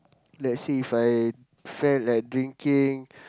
lets say if I felt like drinking